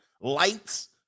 lights